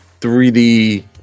3D